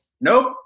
nope